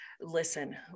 listen